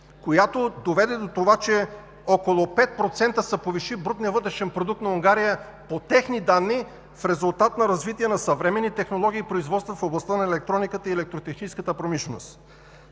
която доведе до това, че около 5% се повиши брутният вътрешен продукт на Унгария, по техни данни, в резултат на развитие на съвременни технологии и производства в областта на електрониката и електротехническата промишленост.